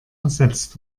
ersetzt